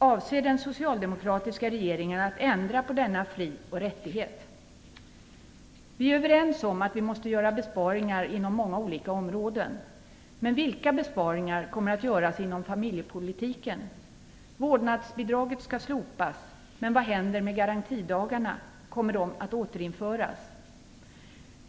Avser den socialdemokratiska regeringen att ändra på denna frioch rättighet? Vi är överens om att vi måste göra besparingar inom många olika områden. Men vilka besparingar kommer att göras inom familjepolitiken? Vårdnadsbidraget skall slopas. Men vad händer med garantidagarna? Kommer de att återinföras?